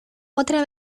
otra